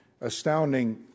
astounding